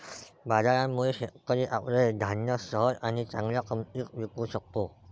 बाजारामुळे, शेतकरी आपले धान्य सहज आणि चांगल्या किंमतीत विकू शकतो